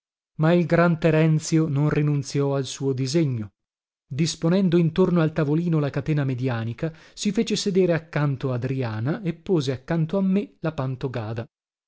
ma il gran terenzio non rinunziò al suo disegno disponendo intorno al tavolino la catena medianica si fece sedere accanto adriana e pose accanto a me la